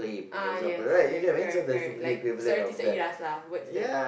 ah yes yes correct correct like seerti seiras lah words that